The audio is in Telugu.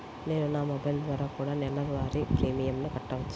నేను నా మొబైల్ ద్వారా కూడ నెల వారి ప్రీమియంను కట్టావచ్చా?